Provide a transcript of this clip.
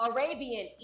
Arabian